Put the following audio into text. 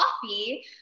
coffee